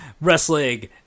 Wrestling